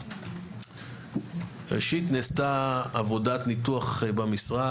ראשית, נעשתה עבודת ניתוח במשרד.